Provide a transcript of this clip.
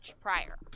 prior